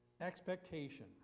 Expectation